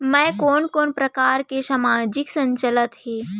मैं कोन कोन प्रकार के सामाजिक चलत हे?